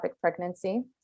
pregnancy